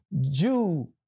Jew